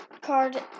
card